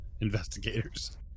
investigators